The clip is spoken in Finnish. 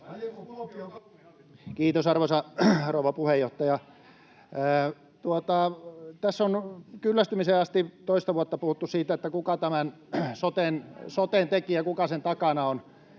Kiitos, arvoisa rouva puheenjohtaja! Tässä on kyllästymiseen asti toista vuotta puhuttu siitä, kuka tämän soten teki ja kuka sen takana on.